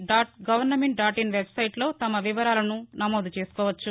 dot government dot in అనే వెబ్సైట్లో తమ వివరాలను నమోదుచేసుకోవచ్చు